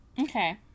Okay